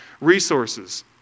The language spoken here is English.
resources